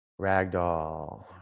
ragdoll